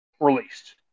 released